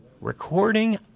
recording